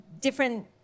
different